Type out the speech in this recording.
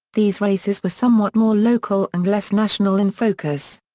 these races were somewhat more local and less national in focus.